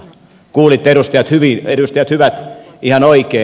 kuulitte edustajat hyvät ihan oikein